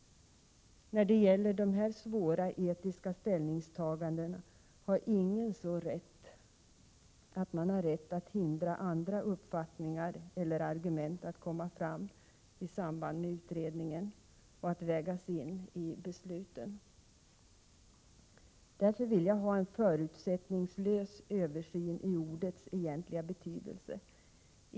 När det gäller de här svåra etiska ställningstagandena har ingen rätt att hindra andra uppfattningar eller argument att komma fram i samband med utredningen och att vägas in i besluten. Därför vill jag ha till stånd en förutsättningslös översyn i ordets egentliga betydelse.